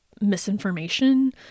misinformation